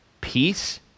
peace